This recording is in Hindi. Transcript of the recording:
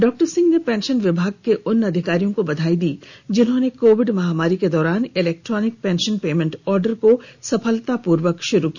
डॉ सिंह ने पेंशन विभाग के उन अधिकारियों को बधाई दी जिन्होंने कोविड महामारी के दौरान इलेक्ट्रॉनिक पेंशन पेमेंट आर्डर को सफलतापूर्वक शुरू किया